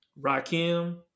Rakim